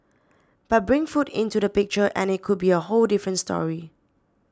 but bring food into the picture and it could be a whole different story